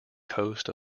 coast